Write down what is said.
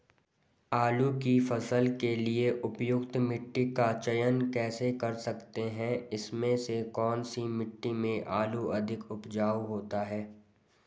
आलू की फसल के लिए उपयुक्त मिट्टी का चयन कैसे कर सकते हैं इसमें से कौन सी मिट्टी में आलू अधिक उपजाऊ होता है?